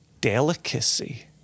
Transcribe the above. delicacy